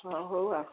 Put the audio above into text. ହଁ ହଉ ଆଉ